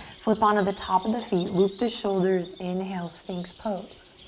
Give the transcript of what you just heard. flip on the top of the feet. loop the shoulders. inhale, sphinx pose.